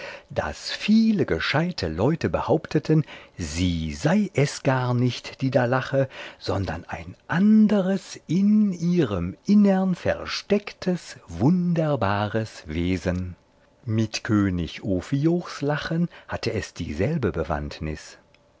daß viele gescheite leute behaupteten sie sei es gar nicht die da lache sondern ein anderes in ihrem innern verstecktes wunderbares wesen mit könig ophiochs lachen hatte es dieselbe bewandtnis